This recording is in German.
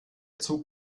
zug